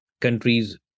countries